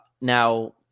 now